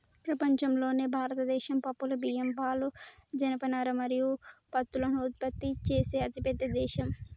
ప్రపంచంలోనే భారతదేశం పప్పులు, బియ్యం, పాలు, జనపనార మరియు పత్తులను ఉత్పత్తి చేసే అతిపెద్ద దేశం